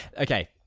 Okay